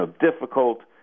difficult